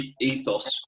ethos